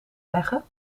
leggen